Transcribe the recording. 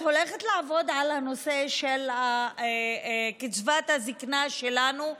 את הולכת לעבוד על הנושא של קצבת הזקנה שלנו?